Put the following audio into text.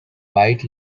white